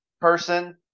person